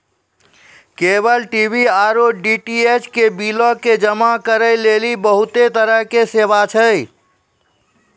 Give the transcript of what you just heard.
cable TV आरु DTH के बिलो के जमा करै लेली बहुते तरहो के सेवा छै